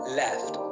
left